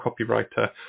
copywriter